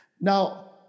Now